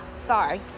sorry